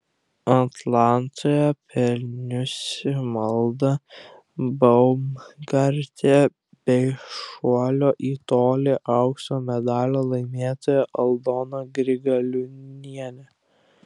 atlantoje pelniusi malda baumgartė bei šuolio į tolį aukso medalio laimėtoja aldona grigaliūnienė